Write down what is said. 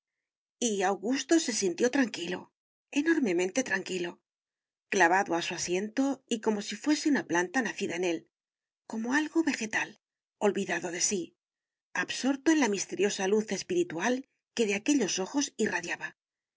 y augusto se sintió tranquilo enormemente tranquilo clavado a su asiento y como si fuese una planta nacida en él como algo vegetal olvidado de sí absorto en la misteriosa luz espiritual que de aquellos ojos irradiaba